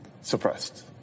suppressed